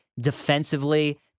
Defensively